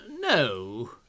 No